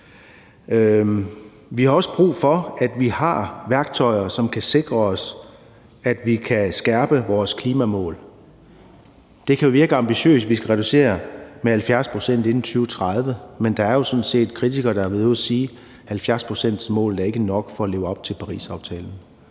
Vi har også brug for at have værktøjer, som kan sikre os, at vi kan skærpe vores klimamål. Det kan virke ambitiøst, at vi skal reducere med 70 pct. inden 2030, men der er jo sådan set kritikere, der har været ude at sige, at 70-procentsmålet ikke er nok til at leve op til Parisaftalen.